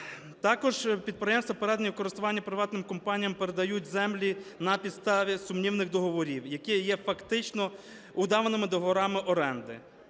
Також підприємства, передані в користування приватним компаніям, передають землі на підставі сумнівних договорів, які є фактично вдаваними договорами оренди.